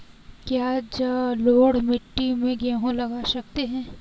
क्या जलोढ़ मिट्टी में गेहूँ लगा सकते हैं?